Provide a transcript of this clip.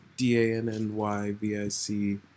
D-A-N-N-Y-V-I-C